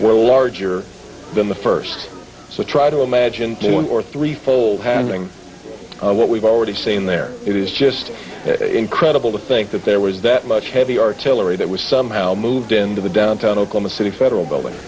were larger than the first so try to imagine one or three fold handling of what we've already seen there it is just incredible to think that there was that much heavy artillery that was somehow moved into the downtown oklahoma city federal building